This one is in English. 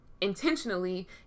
intentionally